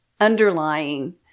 underlying